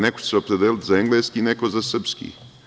Neko će se opredeliti za engleski, neko za srpski.